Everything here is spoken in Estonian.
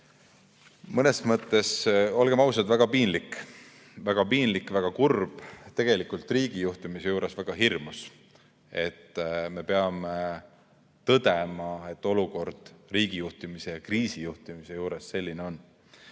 Mõnes mõttes, olgem ausad, on väga piinlik, väga kurb ja tegelikult riigijuhtimise juures väga hirmus, et me peame tõdema, et olukord riigijuhtimise ja kriisijuhtimise juures selline on.